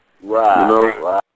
right